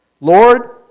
Lord